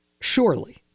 surely